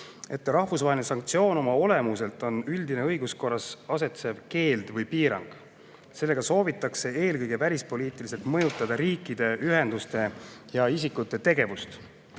et rahvusvaheline sanktsioon oma olemuselt on üldine õiguskorras olev keeld või piirang. Sellega soovitakse eelkõige välispoliitiliselt mõjutada riikide, ühenduste ja isikute tegevust.